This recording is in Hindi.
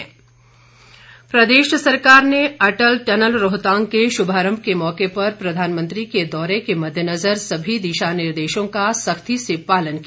प्रोटोकॉल प्रदेश सरकार ने अटल टनल रोहतांग के शुभारंभ के मौके पर प्रधानमंत्री के दौरे के मद्देनज़र सभी दिशा निर्देशों का सख्ती से पालन किया